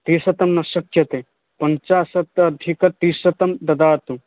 त्रिशतं न शक्यते पञ्चाशत् अधिकत्रिशतं ददातु